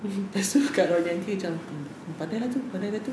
lepas itu kak rod punya aunty macam mm pandai lah itu pandai lah itu